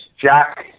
Jack